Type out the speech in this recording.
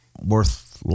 worth